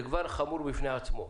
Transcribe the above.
זה כבר חמור בפני עצמו.